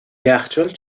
یخچال